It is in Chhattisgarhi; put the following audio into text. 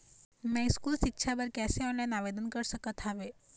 मैं स्कूल सिक्छा बर कैसे ऑनलाइन आवेदन कर सकत हावे?